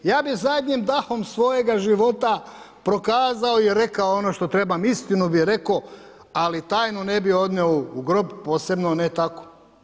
Ja bi zadnjim dahom svojega života, prokazao i rekao ono što trebam istinu bi rekao, ali tajno ne bi odnio u grob, posebno ne tako.